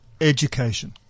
education